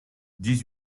dix